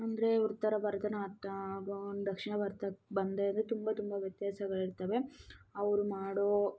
ಅಂದರೆ ಉತ್ತರ ಭಾರತನ ಹಾಗೂ ದಕ್ಷಿಣ ಭಾರತಕ್ಕೆ ಬಂದೆ ಅಂದರೆ ತುಂಬ ತುಂಬ ವ್ಯತ್ಯಾಸಗಳಿರ್ತವೆ ಅವರು ಮಾಡೋ